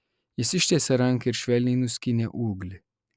jis ištiesė ranką ir švelniai nuskynė ūglį